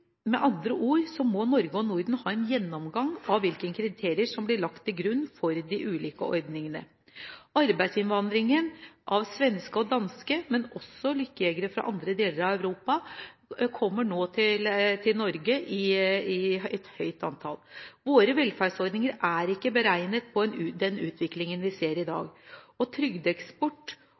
Med andre ord må Norge og Norden ha en gjennomgang av hvilke kriterier som blir lagt til grunn for de ulike ordningene. Svenske og danske arbeidsinnvandrere, men også lykkejegere fra andre deler av Europa kommer nå til Norge i et høyt antall. Våre velferdsordninger er ikke beregnet på den utviklingen vi ser i dag, med trygdeeksport